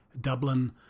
Dublin